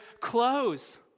clothes